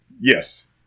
Yes